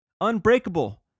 Unbreakable